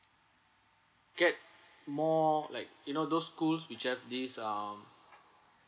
get more like you know those schools which have this um